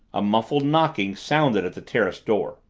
a muffled knocking sounded at the terrace door.